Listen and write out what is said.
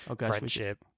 friendship